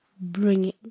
bringing